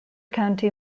county